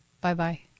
Bye-bye